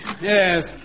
Yes